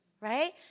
Right